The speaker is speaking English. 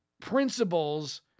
principles